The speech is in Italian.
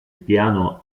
piano